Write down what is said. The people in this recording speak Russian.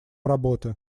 работы